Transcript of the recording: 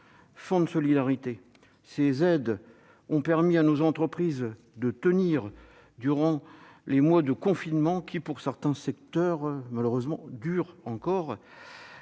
fonds de solidarité. Ces aides ont permis à nos entreprises de tenir durant les mois de confinement, qui, pour certains secteurs, malheureusement, dure encore.